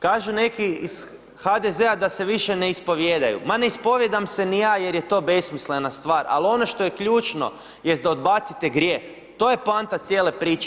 Kažu neki iz HDZ-a da se više ne ispovijedaju, ma ne ispovijedam se ni ja jer je to besmislena stvar, al ono što je ključno jest da odbacite grijeh, to je poanta cijele priče.